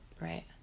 Right